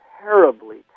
terribly